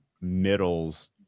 middles